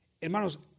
Hermanos